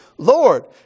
Lord